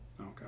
Okay